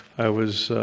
i was